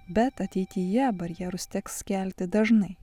bet ateityje barjerus teks kelti dažnai